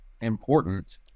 important